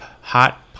hot